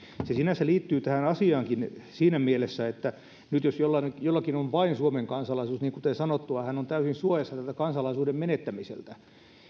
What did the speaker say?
se sinänsä liittyy tähän asiaankin siinä mielessä että nyt jos jollakin on vain suomen kansalaisuus niin kuten sanottua hän on täysin suojassa tältä kansalaisuuden menettämiseltä